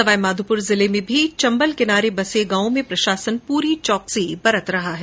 सवाई माधोपुर जिले में भी चम्बल किनारे बसे गांवों में प्रशासन पूरी चौकसी बरत रहा है